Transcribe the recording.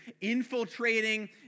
infiltrating